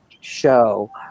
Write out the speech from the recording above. show